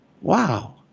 Wow